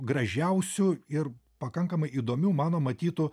gražiausių ir pakankamai įdomių mano matytų